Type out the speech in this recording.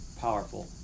powerful